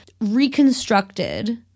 reconstructed